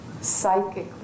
psychically